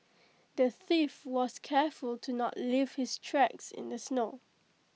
the thief was careful to not leave his tracks in the snow